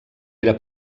era